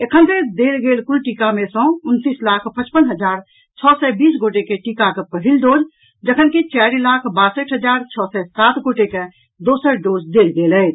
एखन धरि देल गेल कुल टीका मे सँ उनतीस लाख पचपन हजार छओ सय बीस गोटेके टीकाक पहिल डोज जखनकि चारि लाख बासठि हजार छओ सय सात गोटे के दोसर डोज देल गेल अछि